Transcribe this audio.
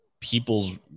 people's